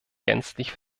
gänzlich